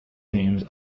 teams